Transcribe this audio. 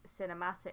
cinematic